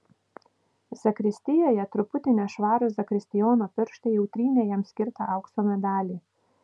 zakristijoje truputį nešvarūs zakristijono pirštai jau trynė jam skirtą aukso medalį